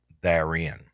therein